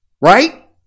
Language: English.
Right